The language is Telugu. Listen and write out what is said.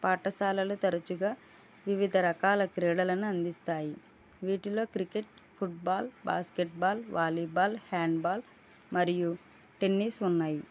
పాఠశాలలు తరుచుగా వివిధ రకాల క్రీడలను అందిస్తాయి వీటిలో cricket football basketball volleyball handball మరియు టెన్నిస్ ఉన్నాయి